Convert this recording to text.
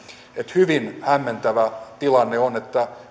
hyvin hämmentävä tilanne on